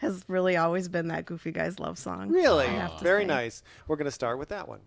has really always been that goofy guys love song really very nice we're going to start with that one